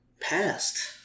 past